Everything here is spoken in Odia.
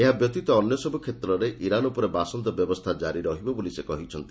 ଏହା ବ୍ୟତୀତ ଅନ୍ୟ ସବୁ କ୍ଷେତ୍ରରେ ଇରାନ ଉପରେ ବାସନ୍ଦ ବ୍ୟବସ୍ଥା କାରି ରହିବ ବୋଲି ସେ କହିଛନ୍ତି